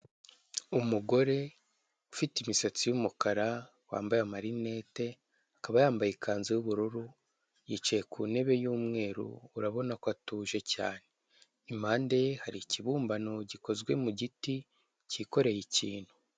Umugore ufite imisatsi y'umukara wambaye amarinete, akaba yambaye ikanzu y'ubururu yicaye ku ntebe y'umweru, urabona ko atuje cyane. Impande ye hari ikibumbano gikozwe mu giti cyikoreye ikintu.